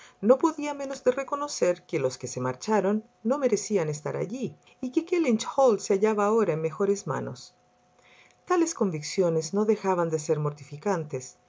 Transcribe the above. no podía menos de reconocer que los que se marcharon no merecían estar allí y que kellynch hall se hallaba ahora en mejores manos tales convicciones no dejaban de ser mortificantes